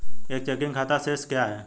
एक चेकिंग खाता शेष क्या है?